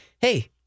hey-